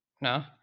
No